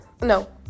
no